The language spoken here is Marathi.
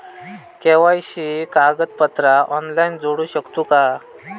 के.वाय.सी कागदपत्रा ऑनलाइन जोडू शकतू का?